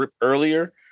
earlier